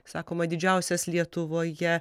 sakoma didžiausias lietuvoje